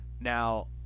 now